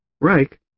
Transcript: Reich